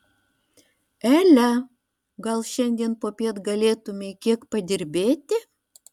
ele gal šiandien popiet galėtumei kiek padirbėti